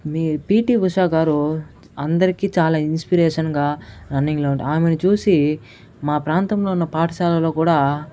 మీ PT Usha గారు అందరికీ చాలా ఇన్స్పిరేషన్ గా రన్నింగ్ లో ఆమెను చూసి మా ప్రాంతంలో ఉన్న పాఠశాలలో కూడా